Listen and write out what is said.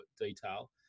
detail